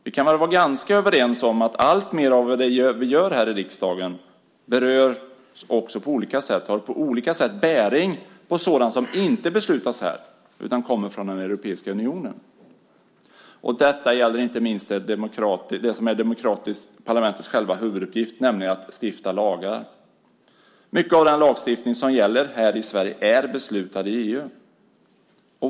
Vi kan väl vara ganska överens om att alltmer av det vi gör här i riksdagen på olika sätt har bäring på sådant som inte beslutas här utan kommer från den europeiska unionen. Detta gäller inte minst det som är parlamentets huvuduppgift, nämligen att stifta lagar. Mycket av den lagstiftning som gäller här i Sverige är beslutad i EU.